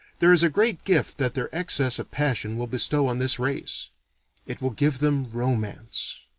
there is a great gift that their excess of passion will bestow on this race it will give them romance.